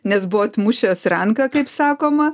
nes buvo atmušęs ranką kaip sakoma